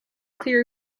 clear